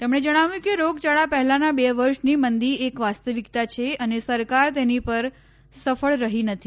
તેમણે જણાવ્યું કે રોગયાળા પહેલાંના બે વર્ષની મંદી એક વાસ્તવિકતા છે અને સરકાર તેની પર સફળ રહી નથી